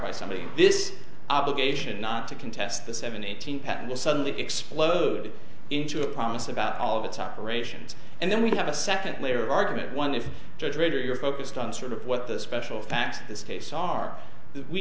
by somebody this obligation not to contest the seven eighteen pet will suddenly explode into a promise about all of its operations and then we have a second layer of argument one if you're focused on sort of what the special facts this case are